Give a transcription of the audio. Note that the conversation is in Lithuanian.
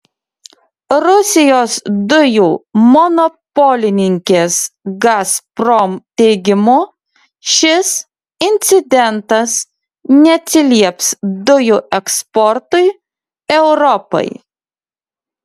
rusijos dujų monopolininkės gazprom teigimu šis incidentas neatsilieps dujų eksportui europai